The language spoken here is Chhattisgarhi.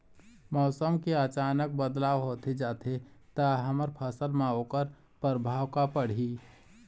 मौसम के अचानक बदलाव होथे जाथे ता हमर फसल मा ओकर परभाव का पढ़ी?